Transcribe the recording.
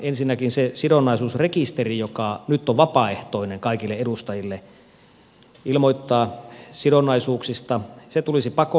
ensinnäkin se sidonnaisuusrekisteri jossa nyt on vapaaehtoista kaikille edustajille ilmoittaa sidonnaisuuksista tulisi pakolliseksi rekisteriksi